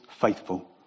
faithful